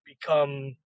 become